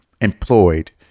employed